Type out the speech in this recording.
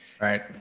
Right